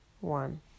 one